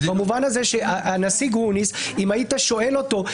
במובן הזה, הנשיא גרוניס, אם היית שואל אותו: